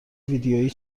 ویدیویی